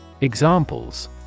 Examples